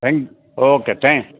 thank you okay thank